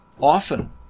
Often